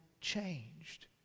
changed